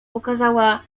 ukazała